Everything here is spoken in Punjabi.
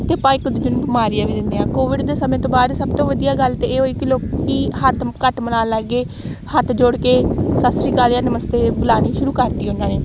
ਅਤੇ ਆਪਾਂ ਇੱਕ ਦੂਜੇ ਨੂੰ ਬਿਮਾਰੀਆਂ ਵੀ ਦਿੰਦੇ ਹਾਂ ਕੋਵਿਡ ਦੇ ਸਮੇਂ ਤੋਂ ਬਾਅਦ ਸਭ ਤੋਂ ਵਧੀਆ ਗੱਲ ਤਾਂ ਇਹ ਹੋਈ ਕਿ ਲੋਕ ਹੱਥ ਘੱਟ ਮਿਲਾਉਣ ਲੱਗ ਗਏ ਹੱਥ ਜੋੜ ਕੇ ਸਤਿ ਸ਼੍ਰੀ ਅਕਾਲ ਜਾਂ ਨਮਸਤੇ ਬੁਲਾਉਣੀ ਸ਼ੁਰੂ ਕਰਤੀ ਉਹਨਾਂ ਨੇ